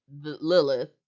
Lilith